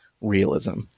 realism